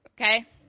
okay